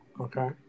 Okay